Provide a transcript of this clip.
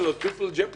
שכולם חייבים לשמוע,